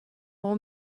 اون